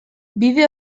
bide